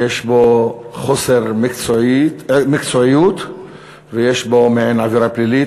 שיש בו חוסר מקצועיות ויש בו מעין עבירה פלילית.